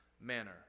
manner